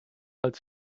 als